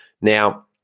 Now